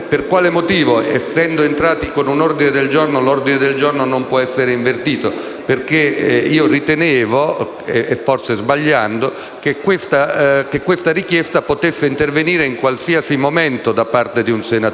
per quale motivo, essendosi aperta la seduta con un ordine del giorno, tale ordine del giorno non possa essere invertito. Io ritenevo, e forse sbagliando, che una tale richiesta potesse intervenire in qualsiasi momento da parte di un senatore.